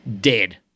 Dead